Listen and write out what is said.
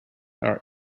are